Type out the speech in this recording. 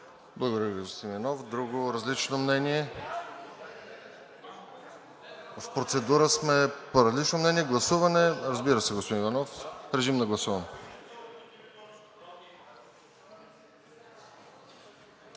Благодаря, господин Иванов. Друго, различно мнение? В процедура сме. Различно мнение, гласуване, разбира се, господин Иванов. Режим на гласуване.